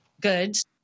goods